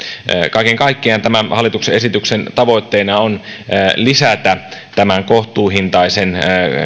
kaiken kaikkiaan tämän hallituksen esityksen tavoitteena on lisätä kohtuuhintaisen